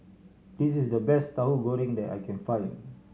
this is the best Tahu Goreng that I can find